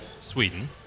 Sweden